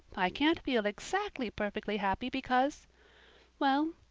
i can't feel exactly perfectly happy because well,